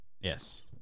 Yes